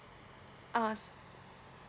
ah